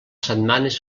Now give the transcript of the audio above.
setmanes